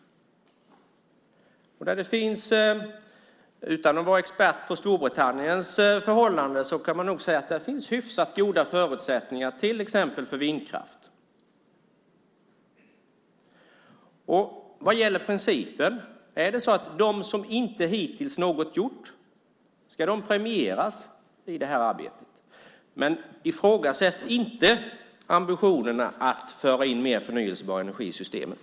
Utan att vara expert på Storbritanniens förhållanden kan man nog säga att där finns hyfsat goda förutsättningar till exempel för vindkraft. Är det så att de som hittills inte har gjort något ska premieras i det här arbetet? Ifrågasätt inte ambitionerna att föra in mer förnybar energi i systemet!